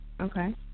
Okay